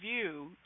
view